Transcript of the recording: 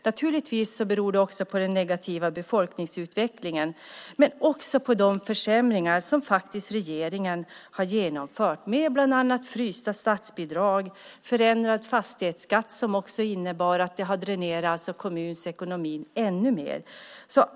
Naturligtvis beror det på den negativa befolkningsutvecklingen men också på de försämringar som regeringen har genomfört med bland annat frysta statsbidrag och förändrad fastighetsskatt som har dränerat kommunens ekonomi.